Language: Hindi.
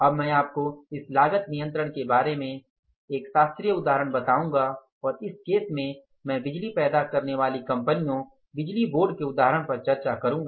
अब मैं आपको इस लागत नियंत्रण के बारे में एक शास्त्रीय उदाहरण बताऊंगा और इस केस में में बिजली पैदा करने वाली कंपनियों बिजली बोर्ड के उदाहरण पर चर्चा करूँगा